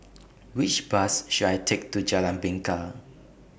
Which Bus should I Take to Jalan Bingka